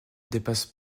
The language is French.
dépasse